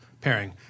pairing